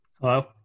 Hello